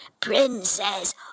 Princess